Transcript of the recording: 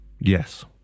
Yes